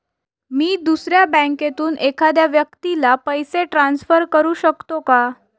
मी दुसऱ्या बँकेतून एखाद्या व्यक्ती ला पैसे ट्रान्सफर करु शकतो का?